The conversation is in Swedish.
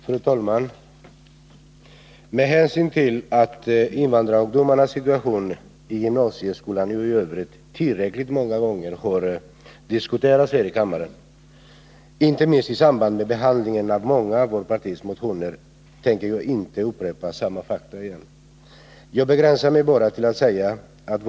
Fru talman! Med hänsyn till att invandrarungdomarnas situation i gymnasieskolan och i övrigt tillräckligt många gånger har diskuterats här i kammaren, inte minst i samband med behandlingen av många av vårt partis motioner, tänker jag inte upprepa samma fakta igen. Jag begränsar mig bara till att säga följande.